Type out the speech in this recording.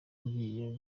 ngiye